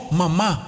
mama